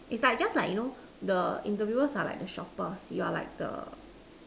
its like just like you know the interviewers are like the shoppers you are like the